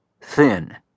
thin